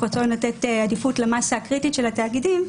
רצון לתת עדיפות למסה הקריטית של התאגידים,